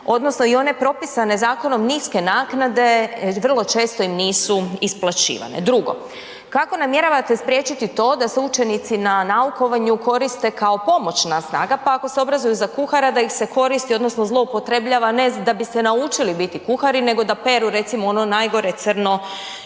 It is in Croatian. odnosno i one propisane zakonom niske naknade, vrlo često im nisu isplaćivane? Drugo, kako namjeravate spriječiti to da se učenici na naukovanju koriste kao pomoćna snaga pa ako se obrazuju za kuhara da se koristi odnosno zloupotrebljava ne da bi se naučilo biti kuhari nego da peru recimo ono najgore, crno